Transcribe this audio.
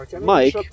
mike